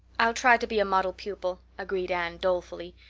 i'll try to be a model pupil, agreed anne dolefully.